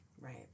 Right